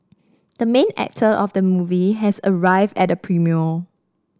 the main actor of the movie has arrived at the premiere